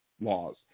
laws